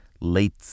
late